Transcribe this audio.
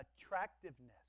attractiveness